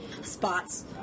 spots